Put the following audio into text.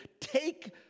take